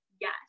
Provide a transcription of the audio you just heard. yes